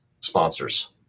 sponsors